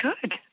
good